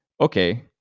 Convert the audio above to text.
okay